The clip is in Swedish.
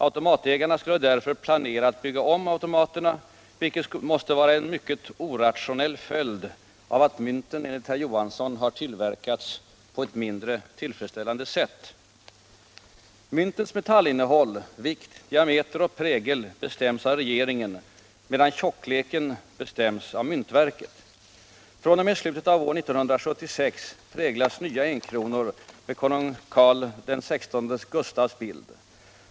Automatägarna skulle därför planera att bygga om automaterna, vilket måste vara en mycket orationell följd av att mynten enligt herr Johansson har tillverkats på ett mindre tillfredsställande sätt. Myntens metallinnehåll, vikt, diameter och prägel bestäms av regeringen, medan tjockleken bestäms av myntverket. fr.o.m. slutet av år 1976 präglas nya enkronor med konung Carl XVI Gustafs bild.